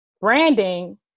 Branding